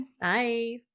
Bye